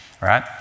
right